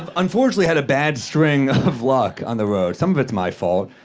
um unfortunately had a bad string of luck on the road. some of it's my fault.